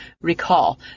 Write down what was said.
recall